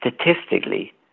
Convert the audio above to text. statistically